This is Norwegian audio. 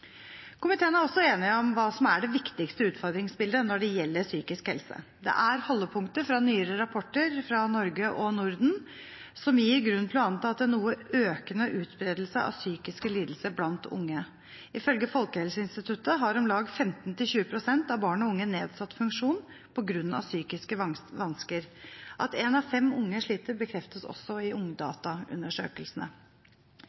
Komiteen er også enig om hva som er det viktigste utfordringsbildet når det gjelder psykisk helse. Det er holdepunkter fra nyere rapporter fra Norge og Norden som gir grunn til å anta at det er en noe økende utbredelse av psykiske lidelser blant unge. Ifølge Folkehelseinstituttet har om lag 15–20 pst. av barn og unge nedsatt funksjon på grunn av psykiske vansker. At én av fem unge sliter, bekreftes også i